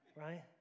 Right